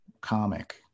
comic